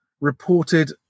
reported